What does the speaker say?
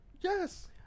Yes